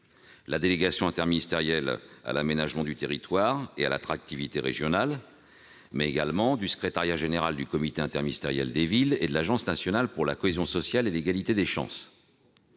la Délégation interministérielle à l'aménagement du territoire et à l'attractivité régionale, mais également le secrétariat général du comité interministériel des villes et l'Agence nationale pour la cohésion sociale et l'égalité des chances.